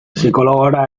psikologora